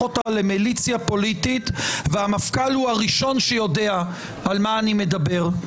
אותה למיליציה פוליטית והמפכ"ל הוא הראשון שיודע על מה אני מדבר.